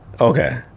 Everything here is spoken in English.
Okay